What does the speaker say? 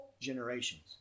generations